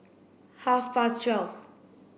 half past twelve